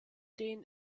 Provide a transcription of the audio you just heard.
den